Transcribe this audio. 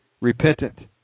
repentant